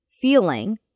feeling